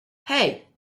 hey